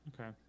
okay